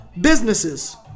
businesses